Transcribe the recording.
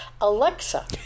Alexa